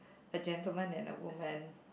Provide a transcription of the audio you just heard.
a gentleman and woman